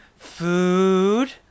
food